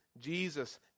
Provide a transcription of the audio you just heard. Jesus